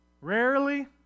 rarely